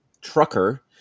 trucker